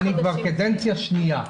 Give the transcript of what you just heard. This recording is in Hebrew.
אני כבר קדנציה שנייה.